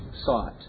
sought